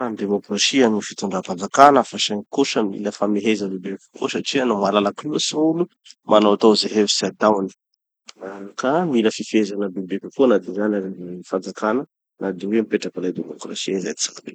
demokrasia gny fitondram-panjakana fa saingy kosa mila famehezana bebe kokoa satria no malalaky loatsy gn'olo, manaotao ze hevitsy ataony. Ka mila fifehezana bebe kokoa na zany aza avy amy fanjakana na de hoe mipetraky zay demokrasia zay.